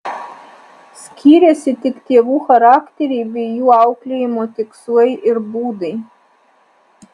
skyrėsi tik tėvų charakteriai bei jų auklėjimo tikslai ir būdai